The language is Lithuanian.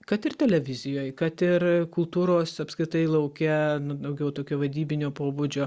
kad ir televizijoj kad ir kultūros apskritai lauke daugiau tokio vadybinio pobūdžio